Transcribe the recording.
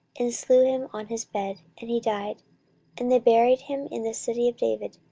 and slew him on his bed, and he died and they buried him in the city of david,